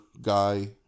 guy